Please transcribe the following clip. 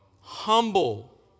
Humble